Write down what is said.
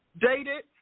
Dated